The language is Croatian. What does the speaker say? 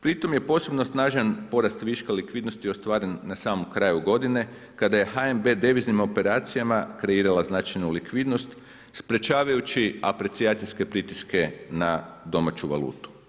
Pritom je posebno snažan porast viška likvidnosti ostvaren na samom kraju godine kada je HNB deviznim operacijama kreirala značajnu likvidnost sprečavajući aprecijacijske pritiske na domaću valutu.